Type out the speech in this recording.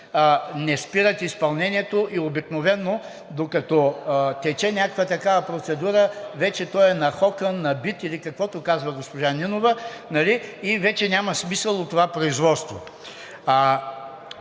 не спират изпълнението и обикновено докато тече някаква такава процедура, вече той е нахокан, набит или каквото казва госпожа Нинова и вече няма смисъл от това производство.